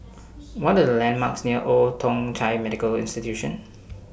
What Are The landmarks near Old Thong Chai Medical Institution